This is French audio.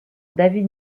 david